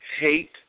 hate